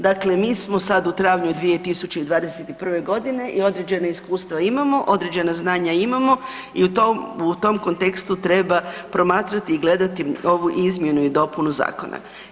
Dakle, mi smo sad u travnju 2021.g. i određena iskustva imamo, određena znanja imamo i tom kontekstu treba promatrati i gledati ovu izmjenu i dopunu zakona.